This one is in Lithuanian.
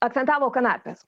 akcentavo kanapes